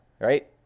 right